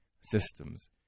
systems